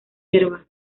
hierba